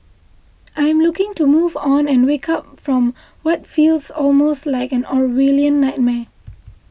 I am looking to move on and wake up from what feels almost like an Orwellian nightmare